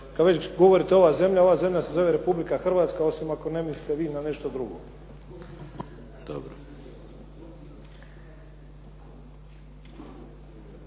kad već govorite ova zemlja, ova zemlja se zove Republika Hrvatska osim ako ne mislite vi na nešto drugo.